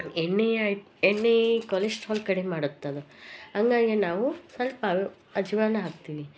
ಎಣ್ಣೆ ಎಣ್ಣೆ ಕೊಲೆಸ್ಟ್ರಾಲ್ ಕಡಿಮೆ ಮಾಡುತ್ತದು ಹಂಗಾಗಿ ನಾವು ಸ್ವಲ್ಪ ಅಜ್ವಾನ ಹಾಕ್ತೀವಿ